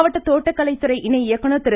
மாவட்ட தோட்டக்கலை துறை இணைஇயக்குனர் திரு